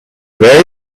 very